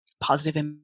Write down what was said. positive